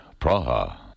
Praha